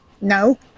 No